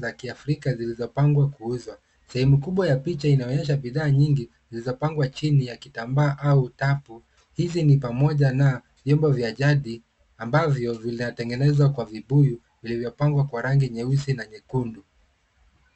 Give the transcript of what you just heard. za Kiafrika zilizopangwa kuuzwa. Sehemu kubwa ya picha inaonyesha bidhaa nyingi zilizopangwa chini ya kitambaa. Hizi ni pamoja na vyombo vya jadi vilivyotengenezwa kwa vibuyu, vikiwa vimepangwa kwa rangi nyeusi na nyekundu.